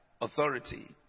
authority